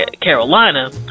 Carolina